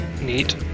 Neat